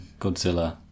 Godzilla